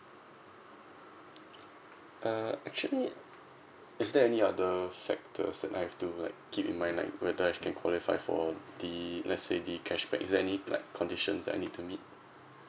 uh actually is there any other factors that I have to like keep in my mind like whether I can qualify for the let's say the cashback is there any like conditions that I need to meet